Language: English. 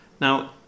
Now